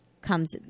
comes